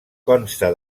consta